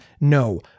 No